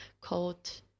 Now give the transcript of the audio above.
called